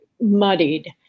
muddied